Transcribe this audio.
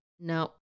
no